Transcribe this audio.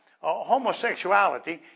homosexuality